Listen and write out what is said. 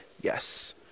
yes